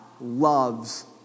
loves